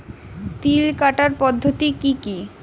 তিল কাটার পদ্ধতি কি কি?